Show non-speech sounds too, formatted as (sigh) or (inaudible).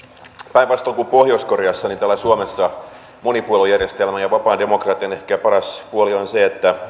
päinvastoin kuin pohjois koreassa täällä suomessa monipuoluejärjestelmän ja vapaan demokratian ehkä paras puoli on se että (unintelligible)